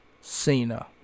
Cena